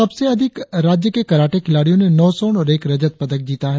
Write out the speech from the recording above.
सबसे अधिक राज्य के कराटे खिलाड़ियो ने नौ स्वर्ण और एक रजत पदक जीता है